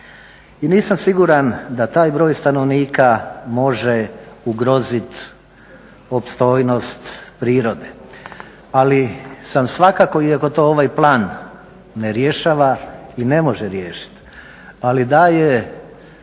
i nisam siguran da taj broj stanovnika može ugroziti opstojnost prirode. Ali sam svakako iako to ovaj plan ne rješava i ne može riješiti, ali daje